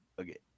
okay